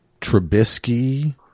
Trubisky